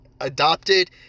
adopted